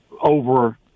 over